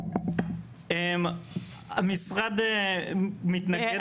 המשרד מתנגד